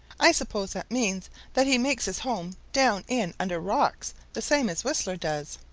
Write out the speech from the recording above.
i suppose that means that he makes his home down in under rocks, the same as whistler does,